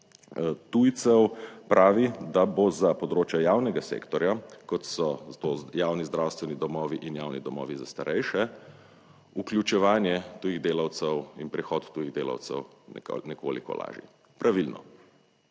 tujcev pravi, da bo za področje javnega sektorja, kot so to javni zdravstveni domovi in javni domovi za starejše, vključevanje tujih delavcev in prihod tujih delavcev nekoliko lažji. Pravilno,